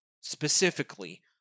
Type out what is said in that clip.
specifically